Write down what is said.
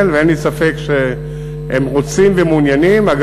ואין לי ספק שהם רוצים ומעוניינים בכך.